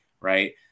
right